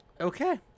Okay